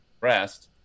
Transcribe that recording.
rest